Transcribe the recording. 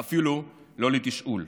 ואפילו לא לתשאול.